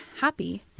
happy